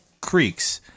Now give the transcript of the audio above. Creeks